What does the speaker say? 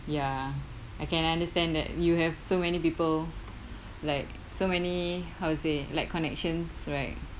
ya I can understand that you have so many people like so many how to say like connections right